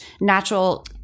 natural